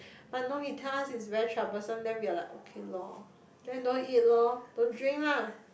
but no he tell us it's very troublesome then we are like okay lor then don't eat lor don't drink lah